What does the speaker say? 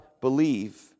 believe